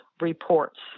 reports